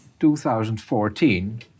2014